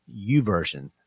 uversion